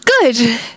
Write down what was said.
good